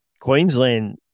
Queensland